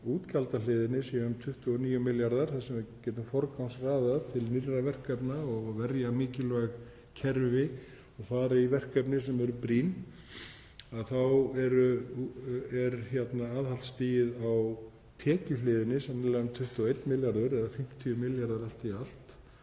útgjaldahliðinni sé um 29 milljarðar þar sem við getum forgangsraðað til nýrra verkefna og varið mikilvæg kerfi og farið í verkefni sem eru brýn og þá er aðhaldsstigið á tekjuhliðinni sennilega um 21 milljarður eða 50 milljarðar allt í allt.